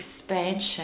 expansion